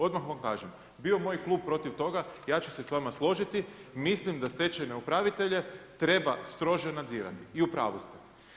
Odmah vam kažem, bio moj klub protiv toga ja ću se s vama složiti, mislim da stečajne upravitelje treba strože nadzirati i upravu ste.